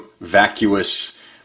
vacuous